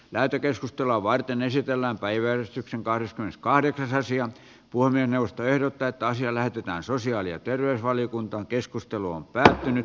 lähetekeskustelua varten esitellään päiväystyksen kahdeskymmeneskahdeksas aasian puhemiesneuvosto ehdottaa että asia lähetetään sosiaali ja terveysvaliokunta keskustelu on päättynyt